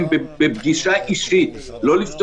מבקש שתאפשרו ללקוח